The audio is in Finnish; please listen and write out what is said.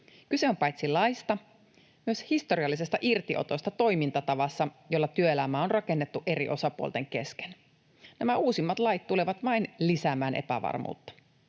Kyse on paitsi laista myös historiallisesta irtiotosta toimintatavassa, jolla työelämää on rakennettu eri osapuolten kesken. Nämä uusimmat lait tulevat vain lisäämään epävarmuutta.